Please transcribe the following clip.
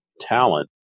talent